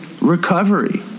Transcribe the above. recovery